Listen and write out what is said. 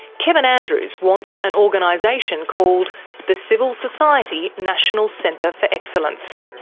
kevin andrews wants an organisation called the civil society national centre for excellence.